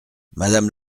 madame